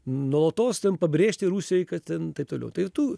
nuolatos ten pabrėžti rusijai kad ten taip toliau tai tų